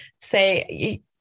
say